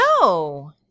No